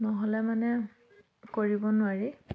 নহ'লে মানে কৰিব নোৱাৰি